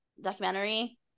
documentary